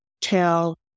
tell